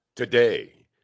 Today